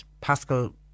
Pascal